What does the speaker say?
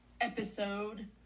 episode